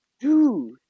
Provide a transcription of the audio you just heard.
Dude